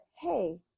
hey